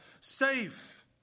safe